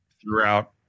throughout